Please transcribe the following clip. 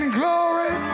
glory